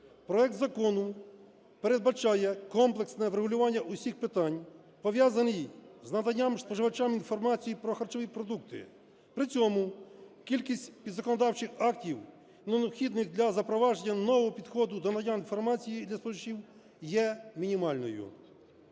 Проект закону передбачає комплексне врегулювання усіх питань, пов'язаних з наданням споживачам інформації про харчові продукти. При цьому кількість підзаконодавчих актів, необхідних для запровадження нового підходу до надання інформації для споживачів, є мінімальною.